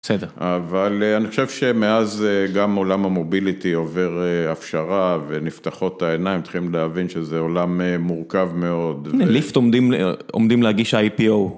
בסדר. אבל אני חושב שמאז גם עולם המוביליטי עובר הפשרה ונפתחות העיניים, מתחילים להבין שזה עולם מורכב מאוד. ליפט עומדים להגיש איי פי או.